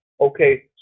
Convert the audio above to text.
Okay